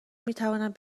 میتوانند